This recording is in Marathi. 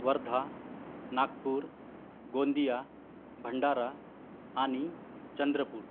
वर्धा नागपूर गोंदिया भंडारा आणि चंद्रपूर